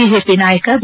BJP ನಾಯಕ B